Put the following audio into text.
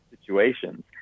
situations